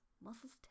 muscles